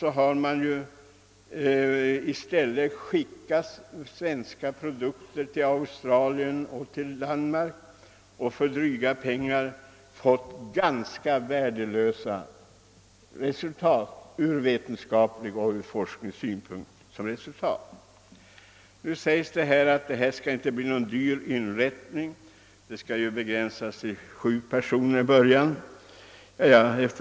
Samtidigt har emellertid svenska produkter skickats till Australien och till Danmark där det för dryga pengar gjorts analyser som givit ganska värdelösa resultat ur vetenskaplig och forskningsmässig synpunkt. Det framhålles i svaret att institutet i fråga inte skall bi någon dyr inrättning utan till en början skall sysselsätta endast sju personer.